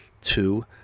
two